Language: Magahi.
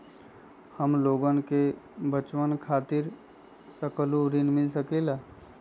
हमलोगन के बचवन खातीर सकलू ऋण मिल सकेला?